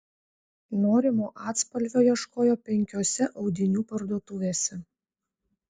norimo atspalvio ieškojo penkiose audinių parduotuvėse